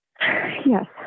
Yes